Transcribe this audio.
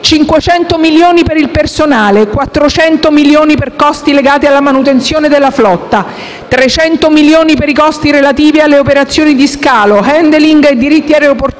500 milioni per il personale; 400 milioni per costi legati alla manutenzione della flotta; 300 milioni per i costi relativi alle operazioni di scalo, *handling* e diritti aeroportuali;